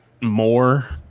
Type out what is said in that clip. more